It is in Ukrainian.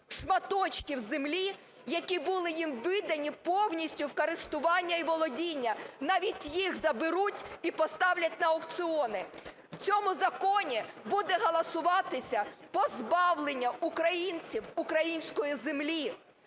шматочків землі, які були їм видані повністю у користування і володіння, навіть їх заберуть і поставлять на аукціони. В цьому законі буде голосуватися позбавлення українців української землі,